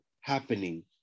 happening